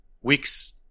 weeks